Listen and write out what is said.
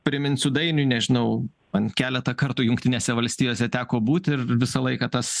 priminsiu dainiui nežinau man keletą kartų jungtinėse valstijose teko būti ir visą laiką tas